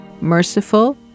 merciful